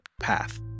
path